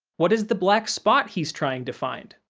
what is the black spot he's trying to find?